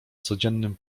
codziennym